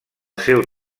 seu